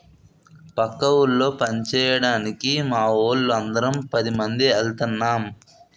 పక్క ఊళ్ళో పంచేయడానికి మావోళ్ళు అందరం పదిమంది ఎల్తన్నం